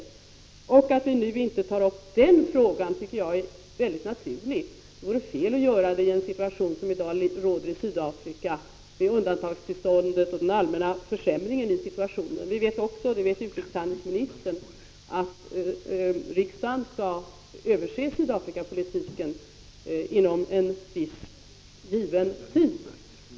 Jag tycker att det är naturligt att vi inte nu tar upp den frågan. Det vore fel att göra det med hänsyn till de förhållanden som i dag råder i Sydafrika, med undantagstillståndet och den allmänna försämring av situationen som har skett. Riksdagen skall ju, och det vet också utrikeshandelsministern, inom en viss given tid se över Sydafrikapolitiken.